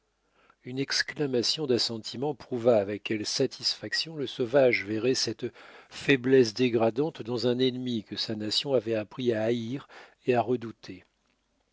une exclamation d'assentiment prouva avec quelle satisfaction le sauvage verrait cette faiblesse dégradante dans un ennemi que sa nation avait appris à haïr et à redouter